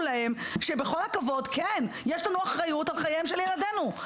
שעם כל הכבוד יש לנו אחריות על חיי ילדינו.